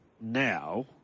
now